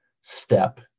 step